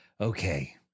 Okay